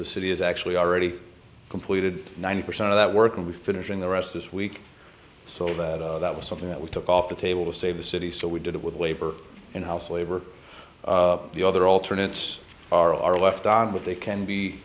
the city has actually already completed ninety percent of that work and we finishing the rest this week so that was something that we took off the table to save the city so we did it with labor in house labor the other alternatives are left on but they can be